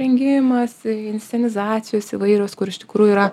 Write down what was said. rengimas inscenizacijos įvairios kur iš tikrųjų yra